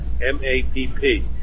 M-A-P-P